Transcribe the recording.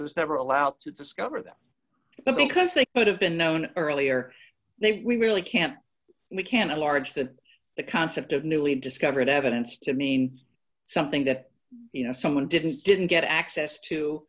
was never allowed to discover them the because they could have been known earlier we really can't we can't large that the concept of newly discovered evidence to mean something that you know someone didn't didn't get access to